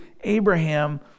Abraham